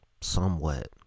somewhat